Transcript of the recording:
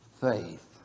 faith